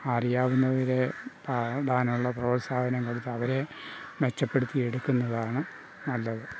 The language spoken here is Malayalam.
അറിയാവുന്നവരെ പാടാനുള്ള പ്രോത്സാഹനം കൊടുത്ത് അവരെ മെച്ചപ്പെടുത്തിയെടുക്കുന്നതാണ് നല്ലത്